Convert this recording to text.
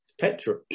petrol